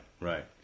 right